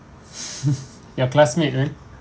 your classmate right